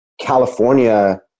California